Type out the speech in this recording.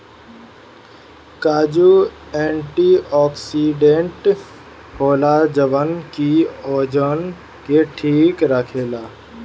काजू एंटीओक्सिडेंट होला जवन की ओजन के ठीक राखेला